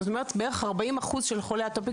זאת אומרת בערך 40% של חולי אטופיס